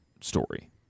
story